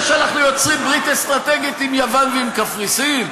על זה שאנחנו יוצרים ברית אסטרטגית עם יוון ועם קפריסין?